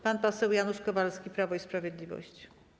Pan poseł Janusz Kowalski, Prawo i Sprawiedliwość.